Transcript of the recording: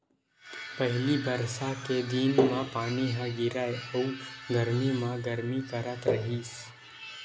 पहिली बरसा के दिन म पानी ह गिरय अउ गरमी म गरमी करथ रहिस